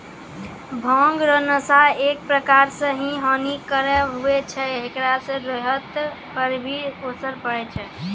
भांग रो नशा एक प्रकार से हानी कारक हुवै छै हेकरा से सेहत पर भी असर पड़ै छै